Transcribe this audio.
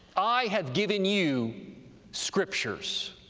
i have given you scriptures,